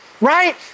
right